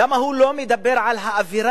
למה הוא לא מדבר על האווירה,